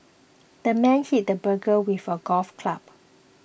the man hit the burglar with a golf club